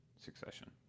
Succession